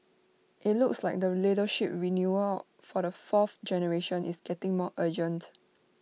IT looks like the leadership renewal for the fourth generation is getting more urgent